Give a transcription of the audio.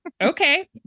okay